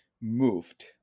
moved